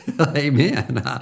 Amen